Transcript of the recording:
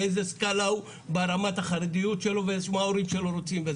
באיזו סקאלה הוא ברמת החרדיות שלו ומה ההורים שלו רוצים.